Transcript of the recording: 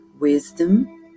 wisdom